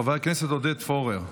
חבר הכנסת עודד פורר,